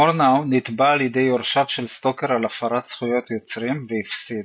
מורנאו נתבע על ידי יורשיו של סטוקר על הפרת זכויות יוצרים והפסיד,